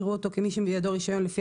יראו אותו כמי שבידו רישיון לפי